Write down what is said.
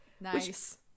Nice